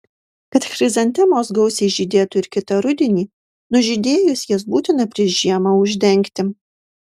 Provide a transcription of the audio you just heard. kad chrizantemos gausiai žydėtų ir kitą rudenį nužydėjus jas būtina prieš žiemą uždengti